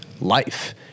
life